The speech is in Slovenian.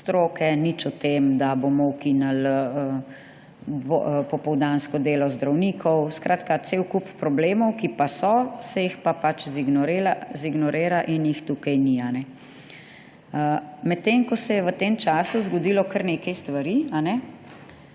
Nič o tem, da bomo ukinili popoldansko delo zdravnikov. Skratka, cel kup problemov, ki so, se pa pač zignorira in jih tukaj ni. Medtem ko se je v tem času zgodilo kar nekaj stvari.